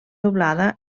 doblada